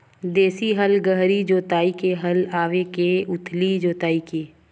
देशी हल गहरी जोताई के हल आवे के उथली जोताई के?